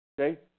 okay